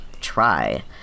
try